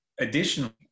Additionally